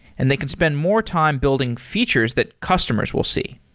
and they can spend more time building features that customers will see.